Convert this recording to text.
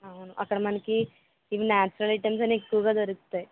అవును అక్కడ మనకి ఈ న్యాచురల్ ఐటమ్స్ అన్నీ ఎక్కువగా దొరుకుతాయి